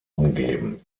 umgeben